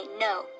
no